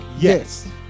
Yes